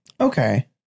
okay